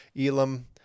Elam